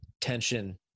tension